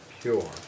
pure